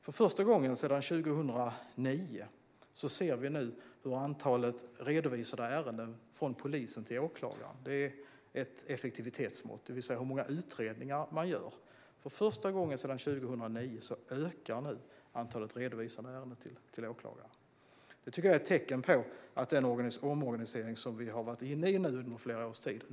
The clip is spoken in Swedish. För första gången sedan 2009 ser vi nu hur antalet redovisade ärenden från polisen till åklagare - det är ett effektivitetsmått och visar hur många utredningar man gör - ökar, och det tycker jag är ett tecken på att den omorganisation som vi nu har varit inne i faktiskt börjar sätta sig.